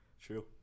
true